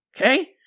Okay